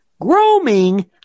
Grooming